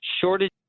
shortage